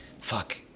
fuck